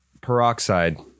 Peroxide